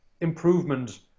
improvement